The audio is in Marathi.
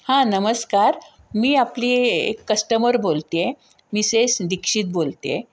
हां नमस्कार मी आपली एक कस्टमर बोलते आहे मीसेस दीक्षित बोलते आहे